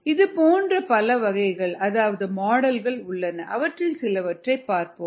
இதுபோன்ற பல வகைகள் அதாவது மாடல்கள் உள்ளன அவற்றில் சிலவற்றைப் பார்ப்போம்